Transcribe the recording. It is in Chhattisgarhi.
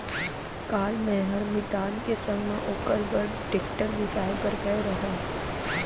काल मैंहर मितान के संग म ओकर बर टेक्टर बिसाए बर गए रहव